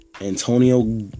Antonio